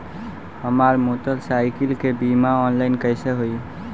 हमार मोटर साईकीलके बीमा ऑनलाइन कैसे होई?